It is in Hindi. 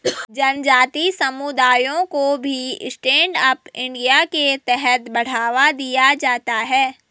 जनजाति समुदायों को भी स्टैण्ड अप इंडिया के तहत बढ़ावा दिया जाता है